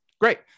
great